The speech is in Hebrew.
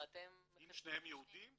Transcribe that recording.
הרי אתם --- אם שניהם יהודים,